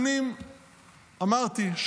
אמרתי,